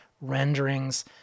renderings